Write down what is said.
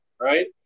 Right